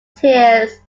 tears